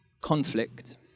conflict